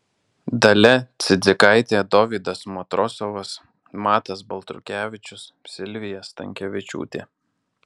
dalia cidzikaitė dovydas matrosovas matas baltrukevičius silvija stankevičiūtė